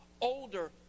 older